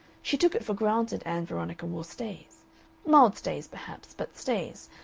she took it for granted ann veronica wore stays mild stays, perhaps, but stays,